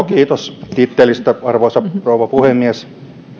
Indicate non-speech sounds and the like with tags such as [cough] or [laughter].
[unintelligible] kiitos tittelistä arvoisa rouva puhemies